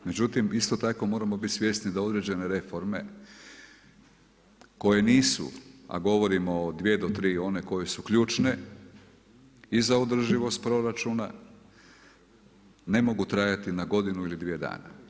Međutim, isto tako moramo bit svjesni da određene reforme koje nisu, a govorimo o dvije do tri one koje su ključne i za održivost proračuna ne mogu trajati na godinu ili dvije dana.